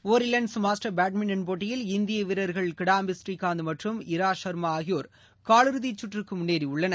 Orleans master badminton போட்டியில் இந்திய வீரர்கள் கிடாம்பி ஸ்ரீகாந்த் மற்றும் இரா சர்மா ஆகியோர் காலிறுதிச் சுற்றுக்கு முன்னேறியுள்ளனர்